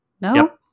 No